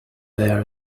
there